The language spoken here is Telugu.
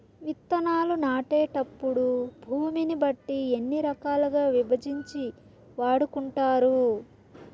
విత్తనాలు నాటేటప్పుడు భూమిని బట్టి ఎన్ని రకాలుగా విభజించి వాడుకుంటారు?